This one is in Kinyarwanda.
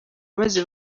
maze